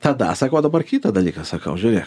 tada sakau o dabar kitą dalyką sakau žiūrėk